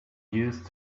used